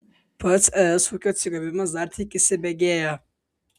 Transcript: pats es ūkio atsigavimas dar tik įsibėgėja